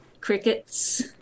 crickets